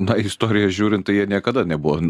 na istoriją žiūrint tai jie niekada nebuvo